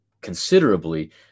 considerably